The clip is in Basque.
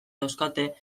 dauzkate